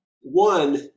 one